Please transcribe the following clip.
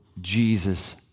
Jesus